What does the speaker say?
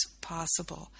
possible